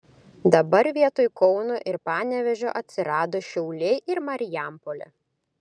dabar vietoj kauno ir panevėžio atsirado šiauliai ir marijampolė